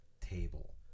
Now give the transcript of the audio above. table